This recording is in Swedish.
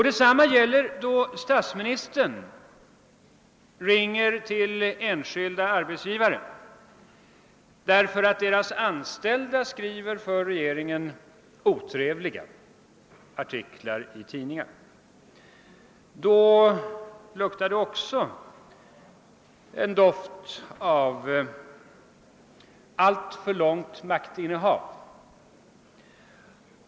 Detsamma gäller när statsministern ringer till enskilda arbetsgivare därför att deras anställda skriver för regeringen otrevliga artiklar i pressen. Också då känner vi en doft av alltför långt maktinnehav.